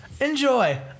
Enjoy